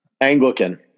Anglican